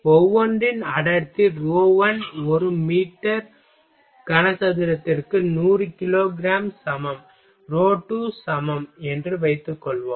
ஒவ்வொன்றின் அடர்த்தி ρ1 ஒரு மீட்டர் கனசதுரத்திற்கு 100 கிலோ கிராம் சமம் ρ2 சமம் என்று வைத்துக்கொள்வோம்